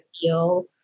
feel